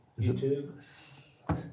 YouTube